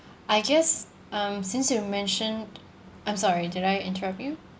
I guess um since you mentioned I'm sorry did I interrupt you